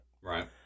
Right